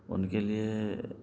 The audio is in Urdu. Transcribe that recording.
اُن کے لئے